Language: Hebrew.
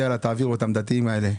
יאללה תעבירו אותם הדתיים האלה.